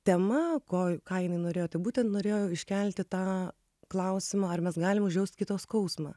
tema ko ką jinai norėjo tai būtent norėjo iškelti tą klausimą ar mes galim užjaust kito skausmą